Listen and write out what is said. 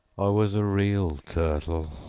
i was a real turtle